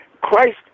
Christ